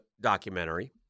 documentary